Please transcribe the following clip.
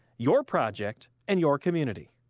your project, and your community.